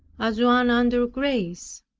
as one under grace.